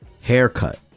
haircut